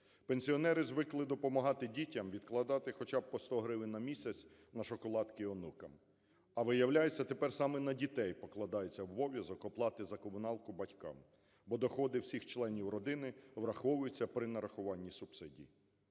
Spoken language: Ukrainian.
Пенсіонери звикли допомагати дітям, відкладати хоча б по 100 гривень на місяць на шоколадки онукам, а, виявляється, тепер саме на дітей покладається обов'язок оплати за комуналку батькам, бо доходи всіх членів родини враховуються при нарахуванні субсидії.